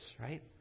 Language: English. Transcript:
right